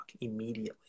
immediately